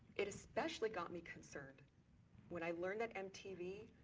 it especially got me concerned when i learned that m t v.